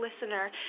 listener